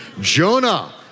Jonah